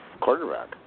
Quarterback